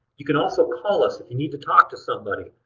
you can also call us if you need to talk to somebody.